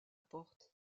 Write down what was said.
porte